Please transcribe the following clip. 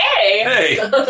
hey